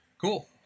cool